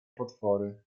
potwory